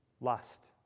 lust